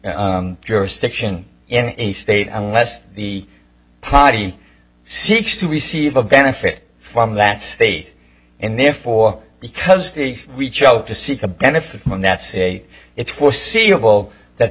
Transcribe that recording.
any jurisdiction in a state unless the party seeks to receive a benefit from that state and therefore because the reach out to seek a benefit from that say it's foreseeable that